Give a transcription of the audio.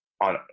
on